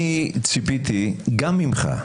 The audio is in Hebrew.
אני ציפיתי גם ממך,